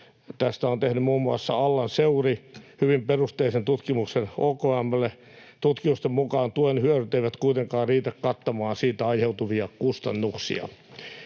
Tästä on tehnyt muun muassa Allan Seuri hyvin perusteellisen tutkimuksen OKM:lle. Tutkimusten mukaan tuen hyödyt eivät kuitenkaan riitä kattamaan siitä aiheutuvia kustannuksia.